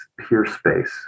PeerSpace